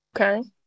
Okay